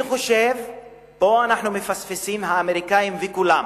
אני חושב שפה אנחנו מפספסים, האמריקאים וכולם,